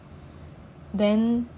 then